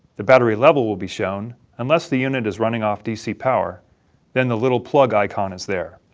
the battery level will be shown unless the unit is running off dc power then the little plug icon is there.